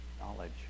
knowledge